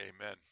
amen